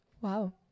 Wow